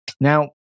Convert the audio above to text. Now